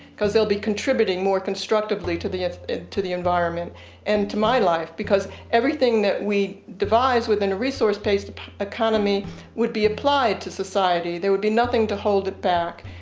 because they'll be contributing more constructively to the to the environment and to my life. because everything that we devise within a resource based economy would be applied to society, there would be nothing to hold it back.